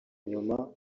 inyuma